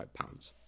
pounds